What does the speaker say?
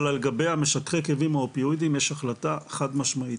אבל לגבי המשככי כאבים האופיואידים יש החלטה חד משמעית,